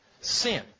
Sin